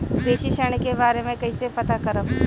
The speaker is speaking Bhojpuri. कृषि ऋण के बारे मे कइसे पता करब?